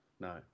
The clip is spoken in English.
no